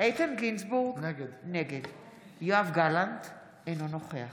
איתן גינזבורג, נגד יואב גלנט, אינו נוכח